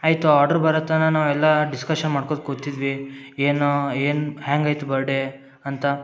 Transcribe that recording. ಆಯಿತು ಆರ್ಡ್ರ್ ಬರೋತನ ನಾವೆಲ್ಲ ಡಿಸ್ಕಶನ್ ಮಾಡ್ಕೊತಾ ಕೂತಿದ್ವಿ ಏನು ಏನು ಹ್ಯಾಂಗಾಯಿತು ಬರ್ಡೆ ಅಂತ